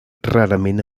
rarament